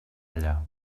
allà